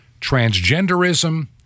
transgenderism